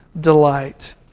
delight